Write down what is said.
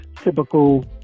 typical